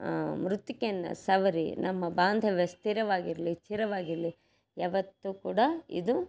ಮೃತ್ತಿಕೆಯನ್ನು ಸವರಿ ನಮ್ಮ ಬಾಂಧವ್ಯ ಸ್ಥಿರವಾಗಿರಲಿ ಚಿರವಾಗಿರಲಿ ಯಾವತ್ತೂ ಕೂಡ ಇದು